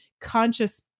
conscious